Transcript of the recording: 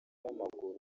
w’amaguru